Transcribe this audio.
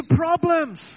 problems